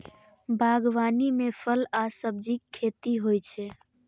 बागवानी मे फल आ सब्जीक खेती होइ छै